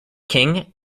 king